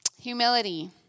Humility